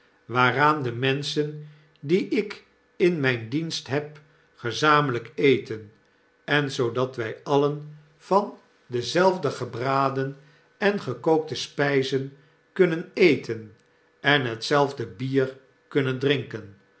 waaraan de menschen die ik in myn dienst heb gezamenlyk eten en zoodat wij alien van dezelfde gebraden en gekookte spyzen kunnen eten en hetzelfde bier kunnen drinken